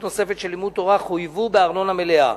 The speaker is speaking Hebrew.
נוספת של לימוד תורה חויבו בארנונה מלאה.